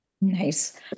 Nice